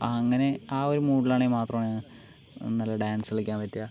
അങ്ങനെ ആ ഒരു മൂഡിൽ ആണെങ്കിൽ മാത്രമാണ് നല്ല ഡാൻസ് കളിക്കാൻ പറ്റുക